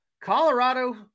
Colorado